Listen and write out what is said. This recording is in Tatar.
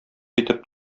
итеп